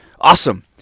awesome